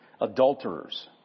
Adulterers